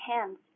hands